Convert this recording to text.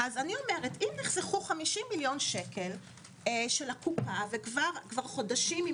אם נחסכו 50 מיליון שקל של הקופה וחודשים אם